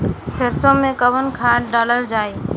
सरसो मैं कवन खाद डालल जाई?